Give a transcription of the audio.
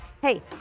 Hey